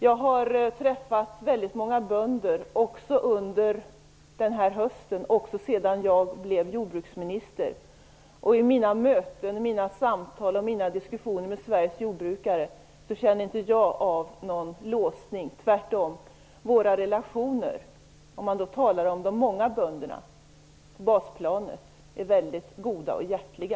Jag har träffat väldigt många bönder, även under denna höst sedan jag blev jordbruksminister. Vid mina möten, samtal och diskussioner med Sveriges jordbrukare känner jag inte av någon låsning - tvärtom. Mina relationer till de många bönderna på basplanet är mycket goda och hjärtliga.